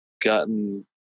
gotten